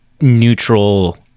neutral